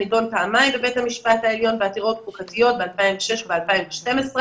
נידון פעמיים בבית המשפט העליון בעתירות חוקתיות ב-2006 וב-2012.